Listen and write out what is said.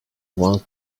wants